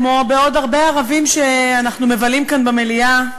כמו בעוד הרבה ערבים שאנחנו מבלים כאן במליאה,